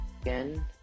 Again